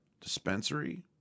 dispensary